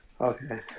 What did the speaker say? Okay